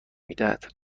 میدهد